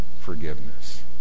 forgiveness